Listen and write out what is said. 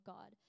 God